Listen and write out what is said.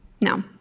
No